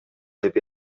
деп